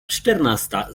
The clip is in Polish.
czternasta